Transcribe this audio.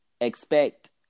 expect